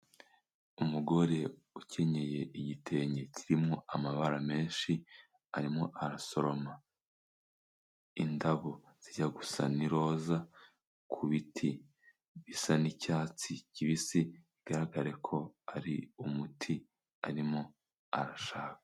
Umugore ukenyeye igitenge kirimo amabara menshi; arimo arasoroma indabo zijya gusa n'iroza; ku biti bisa n'icyatsi kibisi; bigaragare ko ari umuti arimo arashaka.